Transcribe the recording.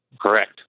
Correct